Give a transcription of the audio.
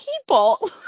people